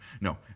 No